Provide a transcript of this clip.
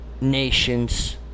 nation's